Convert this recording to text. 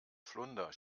flunder